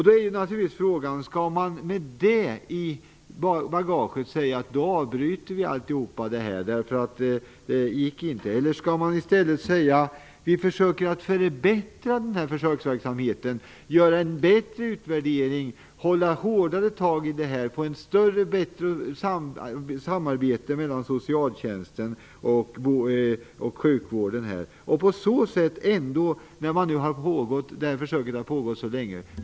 Då är naturligtvis frågan: Skall vi med det i bagaget säga att vi avbryter allt därför att det inte gick, eller skall vi i stället säga att vi skall försöka förbättra verksamheten, göra en bra utvärdering, försöka få ett bättre samarbete mellan socialtjänsten och sjukvården för att på så sätt få ut någonting av försöket innan det avslutas?